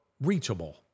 reachable